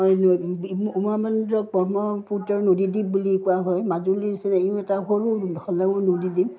উমানন্দ ব্ৰহ্মপুত্ৰৰ নদীদ্বীপ বুলি কোৱা হয় মাজুলীৰ নিচিনা ইয়ো এটা সৰু হ'লেও নদীদ্বীপ